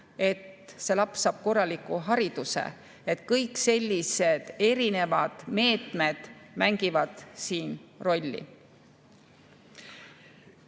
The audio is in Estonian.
et see laps saab korraliku hariduse. Kõik sellised meetmed mängivad siin rolli.